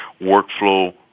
workflow